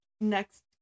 next